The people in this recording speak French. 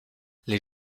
les